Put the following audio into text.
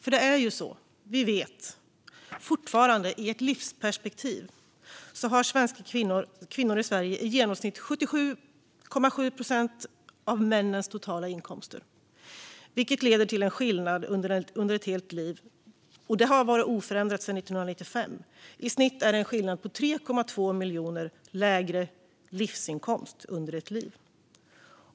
Vi vet nämligen att svenska kvinnor i ett livsperspektiv fortfarande har i genomsnitt 77,7 procent av männens totala inkomster. Detta leder till en i snitt 3,2 miljoner kronor lägre inkomst under ett helt liv, vilket har varit oförändrat sedan 1995.